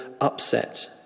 upset